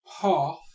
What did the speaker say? path